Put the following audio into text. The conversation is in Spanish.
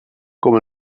como